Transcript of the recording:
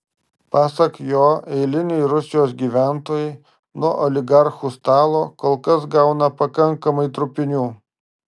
pasak jo eiliniai rusijos gyventojai nuo oligarchų stalo kol kas gauna pakankamai trupinių